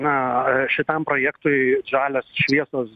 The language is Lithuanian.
na šitam projektui žalios šviesos